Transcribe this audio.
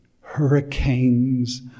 hurricanes